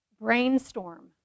Brainstorm